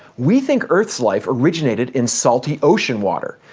we think earth's life originated in salty ocean water.